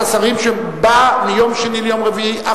שבא מיום שני ליום רביעי,